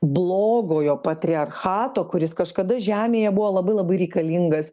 blogojo patriarchato kuris kažkada žemėje buvo labai labai reikalingas